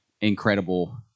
incredible